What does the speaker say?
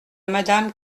madame